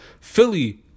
Philly